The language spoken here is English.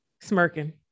smirking